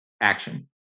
action